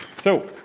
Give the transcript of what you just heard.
so,